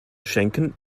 schenken